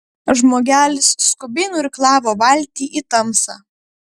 žmogelis skubiai nuirklavo valtį į tamsą